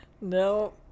No